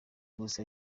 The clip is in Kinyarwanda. gusa